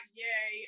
yay